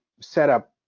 setup